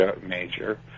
major